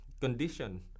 condition